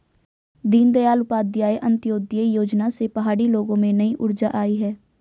दीनदयाल उपाध्याय अंत्योदय योजना से पहाड़ी लोगों में नई ऊर्जा आई है